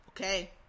okay